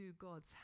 God's